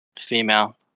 female